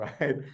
right